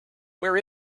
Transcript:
where